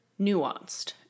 nuanced